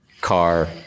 car